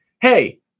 Hey